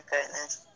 goodness